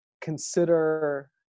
consider